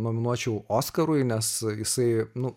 nominuočiau oskarui nes jisai nu